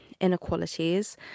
inequalities